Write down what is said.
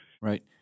Right